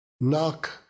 Knock